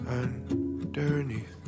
underneath